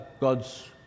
God's